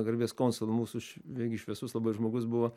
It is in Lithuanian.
garbės konsulu mūsų vėlgi šviesus labai žmogus buvo